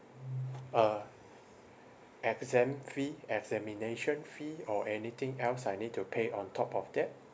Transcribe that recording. uh exam fee examination fee or anything else I need to pay on top of that